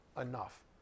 enough